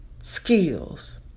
skills